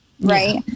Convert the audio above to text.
right